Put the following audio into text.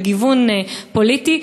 וגיוון פוליטי,